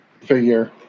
figure